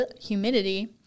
Humidity